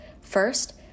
First